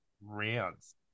rounds